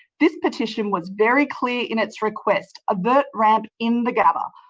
this petition was very clear in its request. a vert ramp in the gabba.